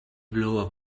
blow